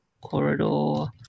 corridor